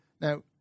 Now